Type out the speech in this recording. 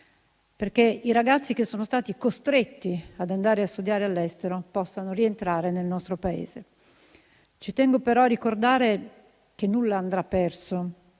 perché i ragazzi che sono stati costretti ad andare a studiare all'estero possano rientrare nel nostro Paese. Ci tengo però a ricordare che nulla andrà perso.